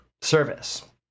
service